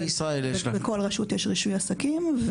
כן, בכל רשות יש רישוי עסקים.